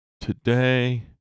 today